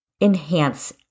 enhance